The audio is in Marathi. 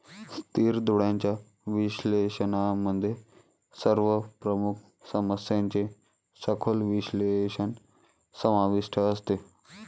स्थिर डोळ्यांच्या विश्लेषणामध्ये सर्व प्रमुख समस्यांचे सखोल विश्लेषण समाविष्ट असते